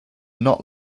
not